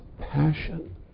passion